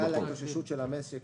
בגלל ההתאוששות של המשק.